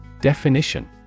Definition